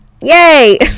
yay